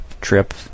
trip